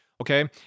Okay